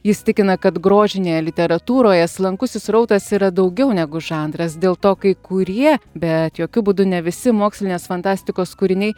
jis tikina kad grožinėje literatūroje slankusis srautas yra daugiau negu žanras dėl to kai kurie bet jokiu būdu ne visi mokslinės fantastikos kūriniai